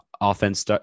Offense